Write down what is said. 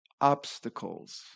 obstacles